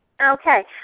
Okay